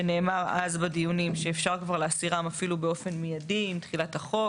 שנאמר אז בדיונים שאפשר כבר להסירם אפילו באופן מיידי עם תחילת החוק,